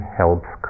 helps